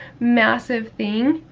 massive thing,